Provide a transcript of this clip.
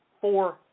four